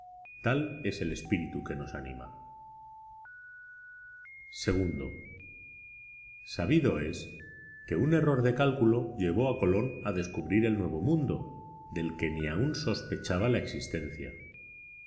tal es el espíritu que nos anima ii sabido es que un error de cálculo llevó a colón a descubrir el nuevo mundo del que ni aun sospechaba la existencia